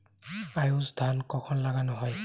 আউশ ধান কখন লাগানো হয়?